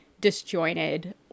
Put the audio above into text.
disjointed